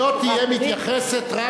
היא לא תתייחס רק להשכלה הדתית.